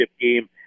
game